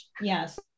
yes